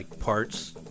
parts